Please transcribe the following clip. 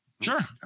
Sure